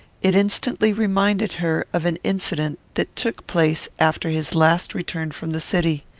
it instantly reminded her of an incident that took place after his last return from the city.